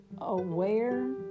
aware